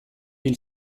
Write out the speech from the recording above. hil